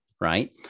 right